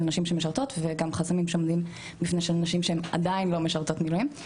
נשים שמשרתות וגם חסמים שעומדים בפני נשים שהן עדיין לא משרתות מילואים.